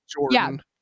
Jordan